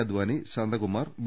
Advani Shanthakumar B